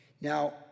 Now